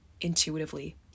intuitively